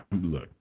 look